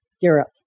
Europe